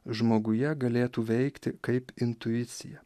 žmoguje galėtų veikti kaip intuicija